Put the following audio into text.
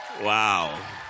Wow